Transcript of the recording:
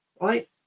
Right